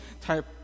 type